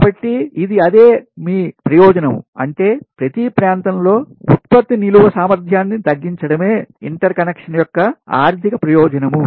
కాబట్టి ఇది అదే మీ ప్రయోజనం అంటే ప్రతి ప్రాంతంలో ఉత్పత్తి నిలువ సామర్థ్యాన్ని తగ్గించడమే ఇంటర్ కనెక్షన్ యొక్క ఆర్థిక ప్రయోజనం